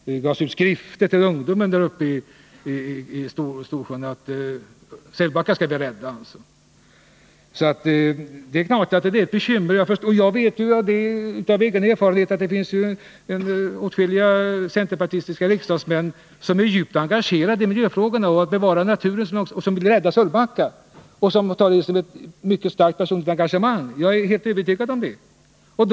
Det gavs ut skrifter med samma budskap, vilka vände sig till ungdometr. i Storsjö. Och det är klart att detta är ett bekymmer för centern. Jag vet av egen erfarenhet att det finns åtskilliga centerpartistiska riksdagsledamöter som är djupt engagerade i miljöfrågorna och som också vill rädda Sölvbacka. De har utan tvivel ett mycket starkt personligt engagemang även i den här frågan, det är jag helt övertygad om.